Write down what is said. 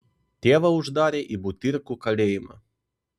tėvą uždarė į butyrkų kalėjimą